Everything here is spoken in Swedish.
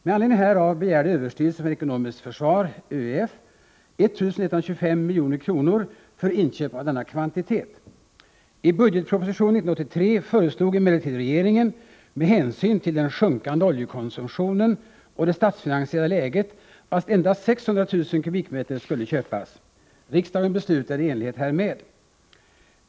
Med anledning härav begärde överstyrelsen för ekonomiskt försvar, ÖEF, 1125 milj.kr. för inköp av denna kvantitet. I budgetpropositionen 1983 föreslog emellertid regeringen med hänsyn till den sjunkande oljekonsumtionen och det statsfinansiella läget att endast 600 000 m? skulle köpas. Riksdagen beslutade i enlighet härmed.